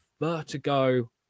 vertigo